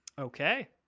okay